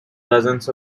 dozens